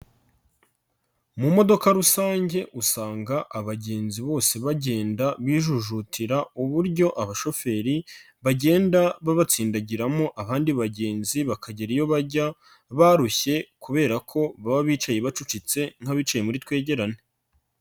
Mu modoka rusange usanga abagenzi bose bagenda bijujutira uburyo abashoferi bagenda babatsindagiramo abandi bagenzi bakagera iyo bajya barushye kubera ko baba bicaye bacucitse nk'abicaye muri twegerane.